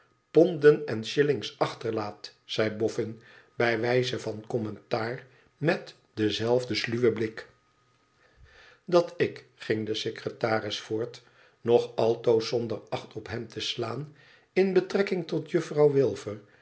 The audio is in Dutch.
ponden en shillings achterlaat zei bofün bij wijze van commentaar met denzelfden sluwen blik dat ik ging de secretaris voort nog altoos zonder acht op hem te slaan in betrekking tot juffrouw